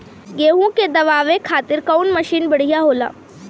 गेहूँ के दवावे खातिर कउन मशीन बढ़िया होला?